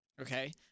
Okay